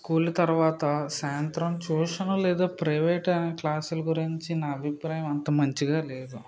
school తర్వాత సాయంత్రం tuition లేదా ప్రైవేట్ క్లాసుల గురించి నా అభిప్రాయం అంత మంచిగా లేదు